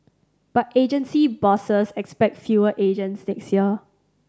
but agency bosses expect fewer agents next year